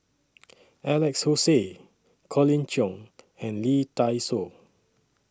Alex Josey Colin Cheong and Lee Dai Soh